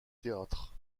théâtre